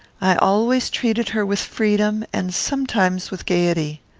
i always treated her with freedom, and sometimes with gayety.